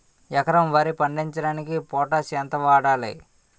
ఎకరం వరి పండించటానికి పొటాష్ ఎంత వాడాలి?